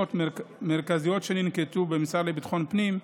פעולות מרכזיות שננקטו במשרד לביטחון פנים: